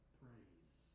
praise